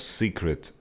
secret